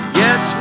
yes